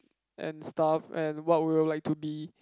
and stuff and what we'll like to be